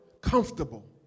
comfortable